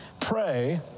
Pray